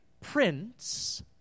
Prince